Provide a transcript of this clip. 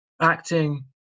acting